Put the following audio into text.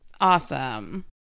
Awesome